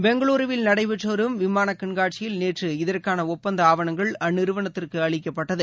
பெங்களூருவில் நடைபெற்று வரும் விமானக் கண்காட்சியில் நேற்று இதற்கான ஒப்பந்த ஆவணங்கள் அந்நிறுவனத்திற்கு அளிக்கப்பட்டது